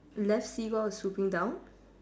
left seagull is looking down